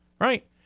right